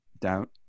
doubt